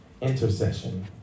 Intercession